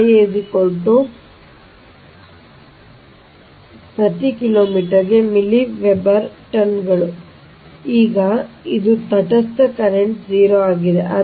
ಆದ್ದರಿಂದ ಪ್ರತಿ ಕಿಲೋಮೀಟರ್ಗೆ ಮಿಲಿ ವೆಬರ್ ಟನ್ಗಳು ಈಗ ಇದು ತಟಸ್ಥ ಕರೆಂಟ್ 0 ಆಗಿದೆ